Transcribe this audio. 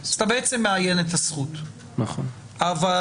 אתה בעצם מאיין את הזכות אבל כאשר